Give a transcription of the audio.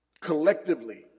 Collectively